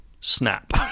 snap